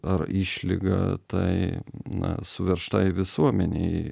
ar išlyga tai na suveržtai visuomenei